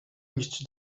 iść